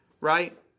right